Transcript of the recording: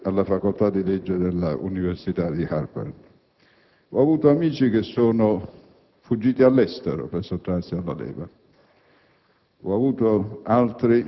ero un giovane studente alla facoltà di legge dell'università di Harvard. Ho visto amici fuggire all'estero per sottrarsi alla leva;